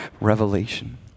Revelation